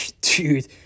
dude